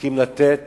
הסכים לתת